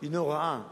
היא נוראה,